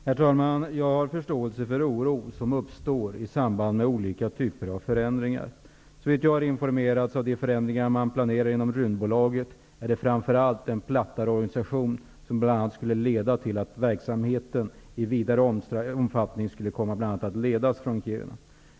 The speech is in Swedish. Herr talman! Jag har förståelse för oro som uppstår i samband med olika typer av förändringar. Såvitt jag har informerats om de förändringar man planerar inom Rymdbolaget gäller de framför allt en plattare organisation, som bl.a. skulle leda till att verksamheten i vidare omfattning skulle komma att ledas från Kiruna.